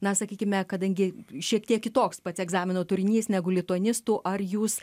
na sakykime kadangi šiek tiek kitoks pats egzamino turinys negu lituanistų ar jūs